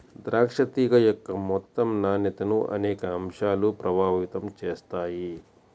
ద్రాక్ష తీగ యొక్క మొత్తం నాణ్యతను అనేక అంశాలు ప్రభావితం చేస్తాయి